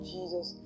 Jesus